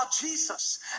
Jesus